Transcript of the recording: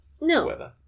No